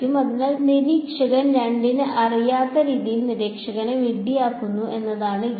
അതിനാൽ നിരീക്ഷകൻ 2 ന് അറിയാത്ത രീതിയിൽ നിരീക്ഷകനെ വിഡ്ഢിയാക്കുക എന്നതാണ് ഗെയിം